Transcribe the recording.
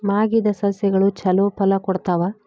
ಮಾಗಿದ್ ಸಸ್ಯಗಳು ಛಲೋ ಫಲ ಕೊಡ್ತಾವಾ?